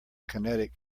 kinetic